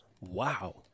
wow